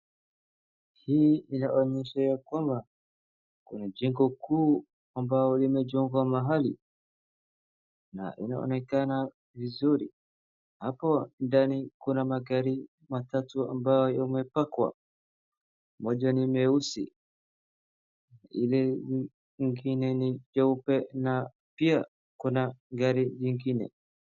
Jengo kuu ambalo limejengwa mahali, na inaonekana vizuri. Hapo ndani kuna magari matatu ambayo yemepakwa, moja ni nyeusi ile nyingine ni jeupe na pia kuna gari lingine.